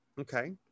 Okay